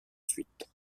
suite